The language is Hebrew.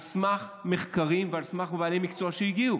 על סמך מחקרים ועל סמך בעלי מקצוע שהגיעו.